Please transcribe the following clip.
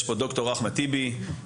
ד"ר אחמד טיבי נמצא פה,